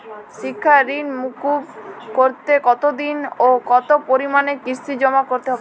শিক্ষার ঋণ মুকুব করতে কতোদিনে ও কতো পরিমাণে কিস্তি জমা করতে হবে?